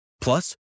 Plus